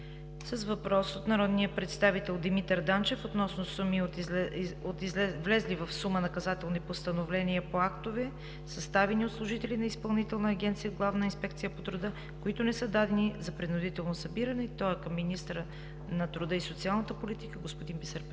с въпрос от народния представител Димитър Данчев относно суми от влезли в сила наказателни постановления по актове, съставени от служители на Изпълнителната агенция „Главна инспекция по труда“, които не са дадени за принудително събиране, към министъра на труда и социалната политика, господин Бисер Петков.